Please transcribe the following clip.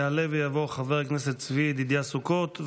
יעלה ויבוא חבר הכנסת צבי ידידה סוכות,